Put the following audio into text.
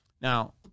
Now